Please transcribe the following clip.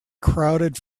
crowded